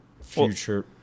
future